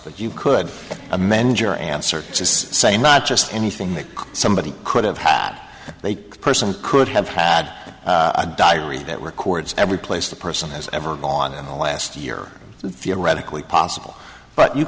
but you could amend your answer is say not just anything that somebody could have had a person could have had a diary that records every place the person has ever gone in the last year the theoretically possible but you